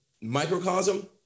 microcosm